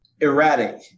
erratic